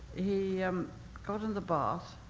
he um got in the bath,